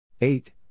Eight